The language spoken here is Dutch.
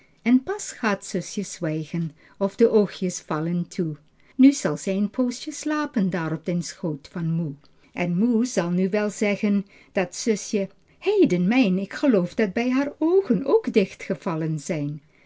en pas gaat zusje zwijgen of de oogjes vallen toe nu zal ze een poosje slapen daar op den schoot van moe en moe zal nu wel zeggen dat zusje heden mijn k geloof dat beî hare oogen ook dichtgevallen zijn